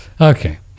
Okay